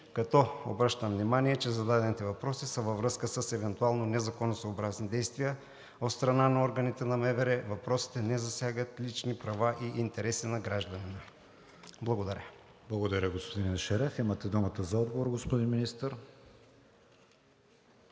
Обръщам внимание, че зададените въпроси са във връзка с евентуално незаконосъобразни действия от страна на органите на МВР. Въпросите не засягат лични права и интереси на гражданина. Благодаря. ПРЕДСЕДАТЕЛ КРИСТИАН ВИГЕНИН: Благодаря, господин Ешереф. Имате думата за отговор, господин Министър.